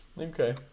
okay